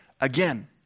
Again